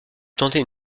tenter